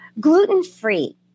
Gluten-free